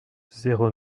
zéro